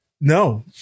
No